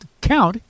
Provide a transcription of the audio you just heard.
Count